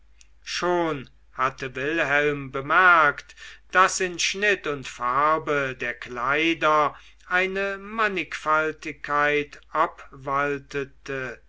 schon hatte wilhelm bemerkt daß in schnitt und farbe der kleider eine mannigfaltigkeit obwaltete